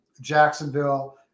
Jacksonville